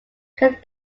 could